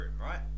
right